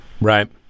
Right